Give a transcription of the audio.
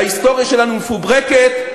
ההיסטוריה שלנו מפוברקת,